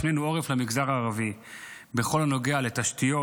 הפנינו עורף למגזר הערבי בכל הנוגע לתשתיות,